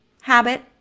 habit